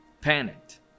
panicked